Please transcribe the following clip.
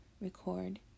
record